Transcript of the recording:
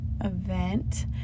event